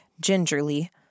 gingerly